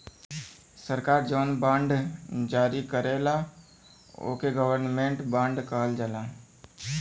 सरकार जौन बॉन्ड जारी करला ओके गवर्नमेंट बॉन्ड कहल जाला